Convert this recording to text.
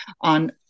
On